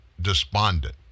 despondent